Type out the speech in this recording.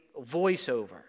voiceover